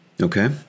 Okay